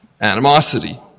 animosity